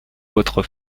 votre